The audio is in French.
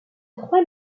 trois